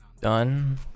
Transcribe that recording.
Done